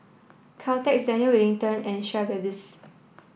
Caltex Daniel Wellington and Schweppes